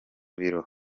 biro